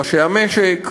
ראשי המשק.